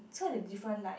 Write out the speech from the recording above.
so like different right